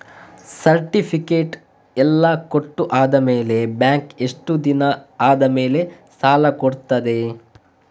Certificate ಎಲ್ಲಾ ಕೊಟ್ಟು ಆದಮೇಲೆ ಬ್ಯಾಂಕ್ ಎಷ್ಟು ದಿನ ಆದಮೇಲೆ ಸಾಲ ಕೊಡ್ತದೆ?